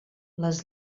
les